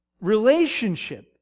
relationship